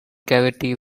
cavity